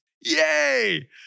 Yay